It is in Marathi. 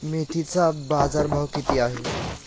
मेथीचा बाजारभाव किती आहे?